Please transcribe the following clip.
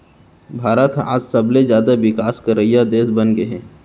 भारत ह आज सबले जाता बिकास करइया देस बनगे हे